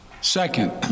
Second